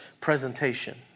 presentation